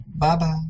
Bye-bye